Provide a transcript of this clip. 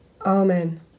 Amen